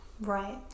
Right